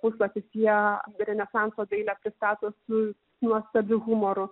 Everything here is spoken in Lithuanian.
puslapis jie renesanso dailę pristato su nuostabiu humoru